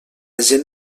gent